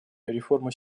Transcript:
реформа